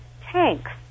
tanks